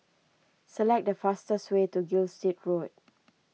select the fastest way to Gilstead Road